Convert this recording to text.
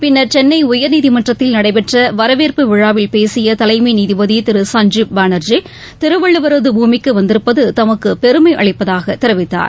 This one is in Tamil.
பின்னர் சென்னை உயர்நீதிமன்றத்தில் நடைபெற்ற வரவேற்பு விழாவில் பேசிய தலைமை நீதிபதி திரு சஞ்ஜீப் பானர்ஜி திருவள்ளுவரது பூமிக்கு வந்திருப்பது தமக்கு பெருமை அளிப்பதாக தெரிவித்தார்